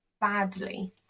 badly